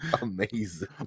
Amazing